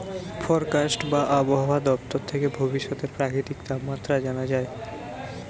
forecast বা আবহায়া দপ্তর থেকে ভবিষ্যতের প্রাকৃতিক তাপমাত্রা জানা যায়